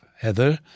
Heather